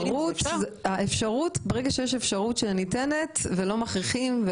ברגע שיש אפשרות שניתנת ולא מכריחים או